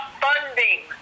funding